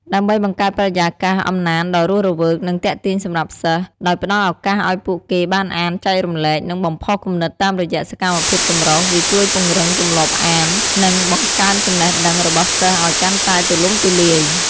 ដើម្បីបង្កើតបរិយាកាសអំណានដ៏រស់រវើក និងទាក់ទាញសម្រាប់សិស្ស ដោយផ្តល់ឱកាសឱ្យពួកគេបានអាន ចែករំលែក និងបំផុសគំនិតតាមរយៈសកម្មភាពចម្រុះ វាជួយពង្រឹងទម្លាប់អាន និង បង្កើនចំណេះដឹង របស់សិស្សឱ្យកាន់តែទូលំទូលាយ។